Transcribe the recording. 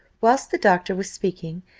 whilst the doctor was speaking,